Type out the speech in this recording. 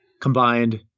combined